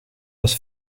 was